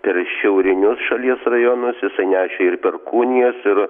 per šiaurinius šalies rajonus jisai nešė ir perkūnijas ir